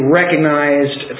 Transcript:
recognized